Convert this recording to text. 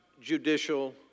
judicial